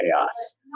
chaos